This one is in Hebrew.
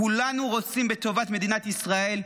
כולנו רוצים בטובת מדינת ישראל,